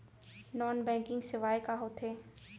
non banking सेवाएं का होथे